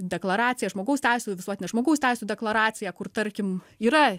deklaracija žmogaus teisių visuotinė žmogaus teisių deklaracija kur tarkim yra